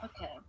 okay